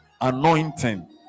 anointing